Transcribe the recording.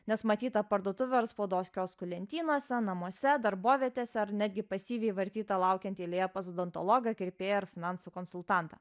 nes matyta parduotuvių ir spaudos kioskų lentynose namuose darbovietėse ar netgi pasyviai vartyta laukiant eilėje pas odontologą kirpėją ar finansų konsultantą